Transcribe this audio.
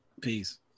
Peace